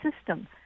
system